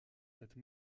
cette